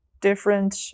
different